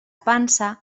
pansa